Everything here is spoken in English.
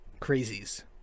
crazies